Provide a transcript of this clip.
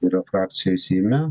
yra frakcijoj seime